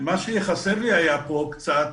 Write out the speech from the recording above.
מה שחסר היה לי פה קצת